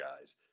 guys